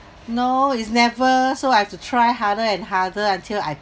no it's never so I have to try harder and harder until I